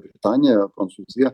britanija prancūzija